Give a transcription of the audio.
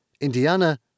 Indiana